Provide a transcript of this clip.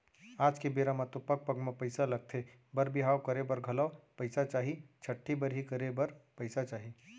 आज के बेरा म तो पग पग म पइसा लगथे बर बिहाव करे बर घलौ पइसा चाही, छठ्ठी बरही करे बर पइसा चाही